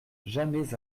jamais